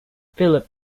philip